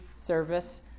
service